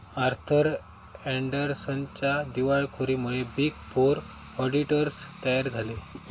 Arthur अँडरसनच्या दिवाळखोरीमुळे big four auditors तयार झाले